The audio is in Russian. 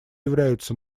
являются